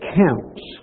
counts